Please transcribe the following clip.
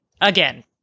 Again